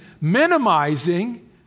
minimizing